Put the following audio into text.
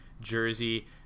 jersey